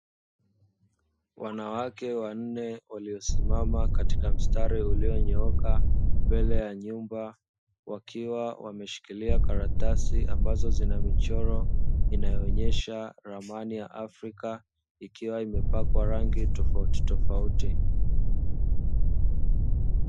Wanawake wa nne waliosimama katika mstari uliyonyooka mbele ya nyumba, wakiwa wameshikilia karatasi ambazo zina michoro inayoonyesha ramani ya Afrika; ikiwa imepakwa rangi tofautitofauti.